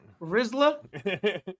Rizla